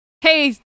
Hey